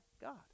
God